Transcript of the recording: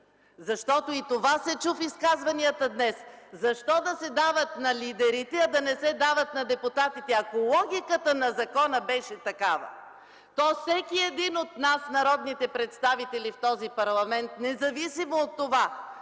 защото и това се чу в изказванията днес: „Защо да се дават на лидерите, а да не се дават на депутатите?”. Ако логиката на закона беше такава, то всеки един от нас – народните представители в този парламент, независимо от това